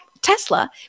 Tesla